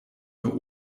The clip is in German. mir